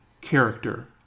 character